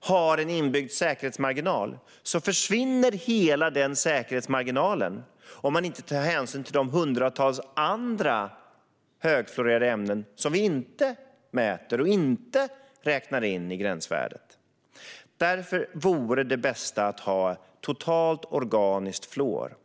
har en inbyggd säkerhetsmarginal försvinner hela denna marginal om man inte har hänsyn till de hundratals andra högfluorerade ämnen som vi inte mäter eller räknar in i gränsvärdet. Därför vore det bästa att ha totalt organiskt fluor.